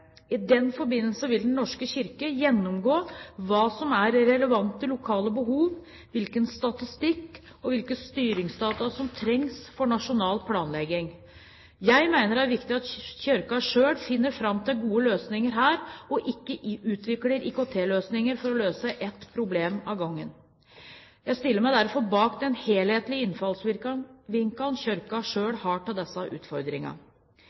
I den forbindelse vil Den norske kirke gjennomgå hva som er relevante lokale behov, og hvilken statistikk og hvilke styringsdata som trengs for nasjonal planlegging. Jeg mener det er viktig at Kirken selv finner fram til gode løsninger her og ikke utvikler IKT-løsninger for å løse ett problem av gangen. Jeg stiller meg derfor bak den helhetlige innfallsvinkelen Kirken selv har til disse utfordringene.